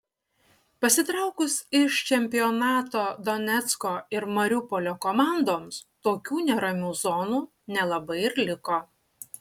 pasitraukus iš čempionato donecko ir mariupolio komandoms tokių neramių zonų nelabai ir liko